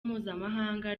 mpuzamahanga